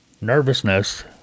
nervousness